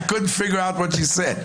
I couldn't figure out what you said.